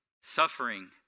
Suffering